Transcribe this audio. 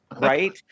Right